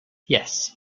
yes